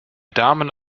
damen